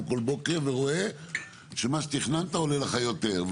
כל בוקר ורואה שמה שתכננת עולה לך יותר,